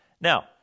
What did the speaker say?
Now